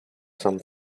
some